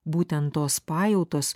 būtent tos pajautos